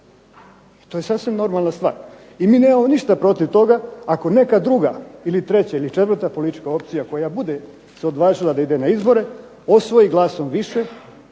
to je sasvim normalna stvar. I mi nemamo ništa protiv toga ako neka druga ili treća ili četvrta politička opcija koja bude se odvažila da ide na izbore osvoji glasom više,